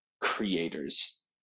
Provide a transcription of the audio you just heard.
creators